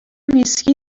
ویسکی